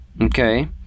Okay